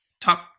top